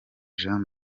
jean